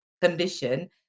condition